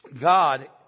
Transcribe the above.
God